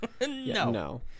No